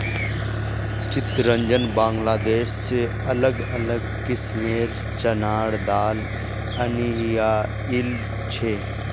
चितरंजन बांग्लादेश से अलग अलग किस्मेंर चनार दाल अनियाइल छे